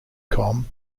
com